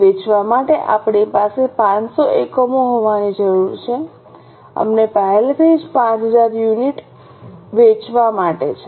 વેચવા માટે આપણી પાસે 500 એકમો હોવાની જરૂર છે અમને પહેલેથી જ 5000 યુનિટ વેચવા માટે છે